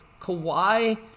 Kawhi